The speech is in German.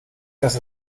dass